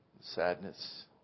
sadness